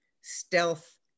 stealth